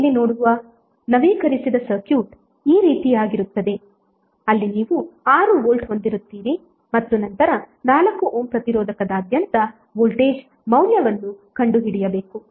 ನೀವು ಇಲ್ಲಿ ನೋಡುವ ನವೀಕರಿಸಿದ ಸರ್ಕ್ಯೂಟ್ ಈ ರೀತಿಯಾಗಿರುತ್ತದೆ ಅಲ್ಲಿ ನೀವು 6 ವೋಲ್ಟ್ ಹೊಂದಿರುತ್ತೀರಿ ಮತ್ತು ನಂತರ 4 ಓಮ್ ಪ್ರತಿರೋಧದಾದ್ಯಂತ ವೋಲ್ಟೇಜ್ ಮೌಲ್ಯವನ್ನು ಕಂಡುಹಿಡಿಯಬೇಕು